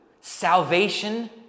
salvation